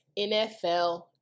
NFL